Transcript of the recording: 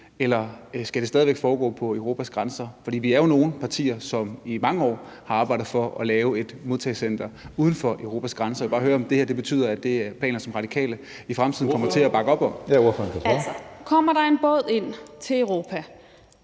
eller skal det stadig væk foregå ved Europas grænser? For vi er jo nogle partier, som i mange år har arbejdet for at lave et modtagecenter uden for Europas grænser. Jeg vil bare høre, om det her betyder, at det er planer, som Radikale i fremtiden kommer til at bakke op om? Kl. 16:12 Tredje næstformand